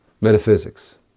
metaphysics